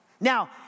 Now